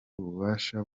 ububasha